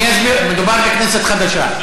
מדובר בכנסת חדשה.